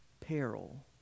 peril